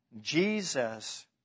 Jesus